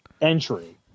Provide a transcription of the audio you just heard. entry